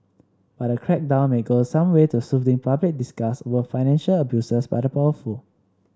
but the crackdown may go some way to soothing public disgust over financial abuses by the powerful